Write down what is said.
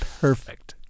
Perfect